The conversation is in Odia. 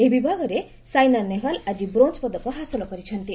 ଏହି ବିଭାଗରେ ସାଇନା ନେହୱାଲ୍ ଆକି ବ୍ରୋଞ୍ ପଦକ ହାସଲ କରିଛନ୍ତି